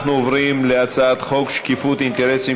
אנחנו עוברים להצעת חוק שקיפות אינטרסים